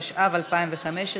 התשע"ו 2015,